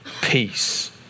peace